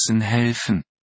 helfen